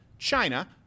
China